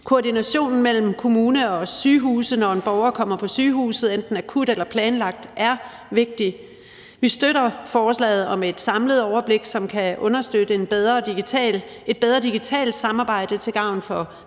Koordinationen mellem kommune og sygehuse, når en borger kommer på sygehuset enten akut eller planlagt, er vigtig. Vi støtter forslaget om et samlet overblik, som kan understøtte et bedre digitalt samarbejde til gavn for